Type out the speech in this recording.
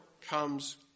comes